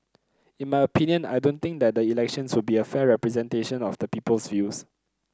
in my opinion I don't think that the elections will be a fair representation of the people's views